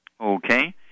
Okay